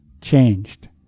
changed